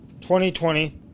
2020